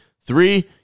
Three